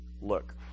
look